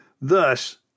Thus